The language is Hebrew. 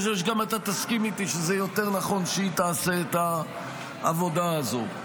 אני חושב שגם אתה תסכים איתי שזה יותר נכון שהיא תעשה את העבודה הזו.